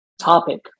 topic